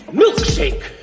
milkshake